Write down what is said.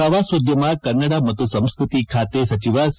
ಪ್ರವಾಸೋದ್ಯಮ ಕನ್ನಡ ಮತ್ತು ಸಂಸ್ಕತಿ ಖಾತೆ ಸಚಿವ ಸಿ